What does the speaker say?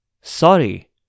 Sorry